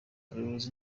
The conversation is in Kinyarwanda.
abayobozi